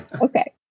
Okay